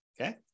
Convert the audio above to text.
Okay